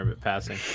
passing